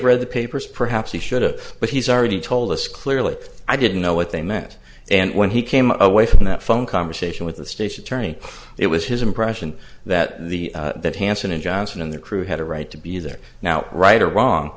read the papers perhaps he should have but he's already told us clearly i didn't know what they meant and when he came away from that phone conversation with the station attorney it was his impression that the that hansen and johnson and their crew had a right to be there now right or wrong